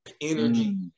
Energy